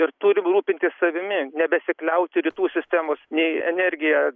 ir turim rūpintis savimi nebesikliauti rytų sistemos nei energija